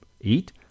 eat